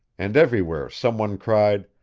and everywhere some one cried,